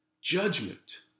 judgment